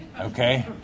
okay